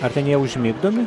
ar ten jie užmigdomi